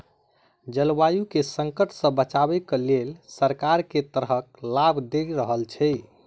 जलवायु केँ संकट सऽ बचाबै केँ लेल सरकार केँ तरहक लाभ दऽ रहल छै?